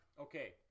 Okay